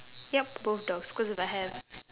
yup both dogs cause if I have